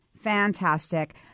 Fantastic